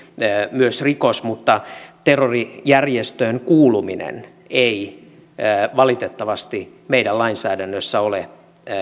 myös rikos mutta terrorijärjestöön kuuluminen ei valitettavasti meidän lainsäädännössä ole